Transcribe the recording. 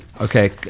Okay